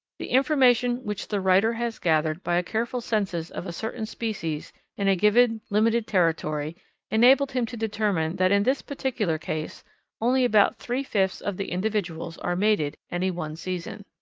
the information which the writer has gathered by a careful census of a certain species in a given limited territory enabled him to determine that in this particular case only about three-fifths of the individuals are mated any one season.